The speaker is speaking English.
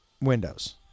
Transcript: windows